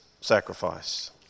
sacrifice